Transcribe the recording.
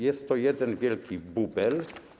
Jest to jeden wielki bubel.